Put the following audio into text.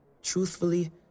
Truthfully